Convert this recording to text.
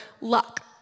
luck